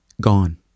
Gone